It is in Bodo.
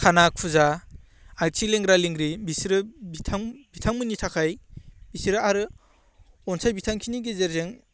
खाना खुजा आइथिं लेंग्रा लेंग्रि बिसोरो बिथां बिथांमोननि थाखाय बिसोरो आरो अनसाइ बिथांखिनि गेजेरजों